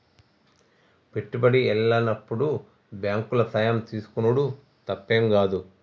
పెట్టుబడి ఎల్లనప్పుడు బాంకుల సాయం తీసుకునుడు తప్పేం గాదు